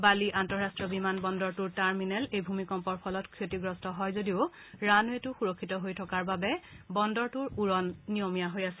বালিৰ আন্তঃৰাষ্টীয় বিমান বন্দৰটোৰ টাৰ্মিনেল এই ভূমিকম্পৰ ফলত ক্ষতিগ্ৰস্ত হয় যদিও ৰানৱেটো সুৰক্ষিত হৈ থকাৰ বাবে বন্দৰটোৰ উৰন নিয়মীয়া হৈ আছে